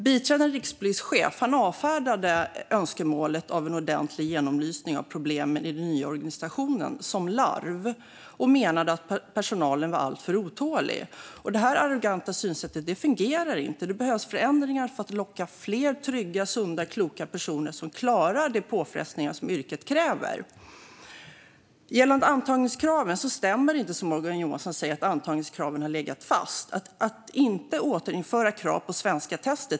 Biträdande rikspolischefen avfärdade önskemålet om en ordentlig genomlysning av problemen i den nya organisationen som larv och menade att personalen var alltför otålig. Detta arroganta synsätt fungerar inte. Det behövs förändringar för att locka fler trygga, sunda och kloka personer som klarar de påfrestningar som yrket kräver. Gällande antagningskraven stämmer inte det Morgan Johansson säger: att antagningskraven har legat fast. Man återinför inte kravet på test i svenska.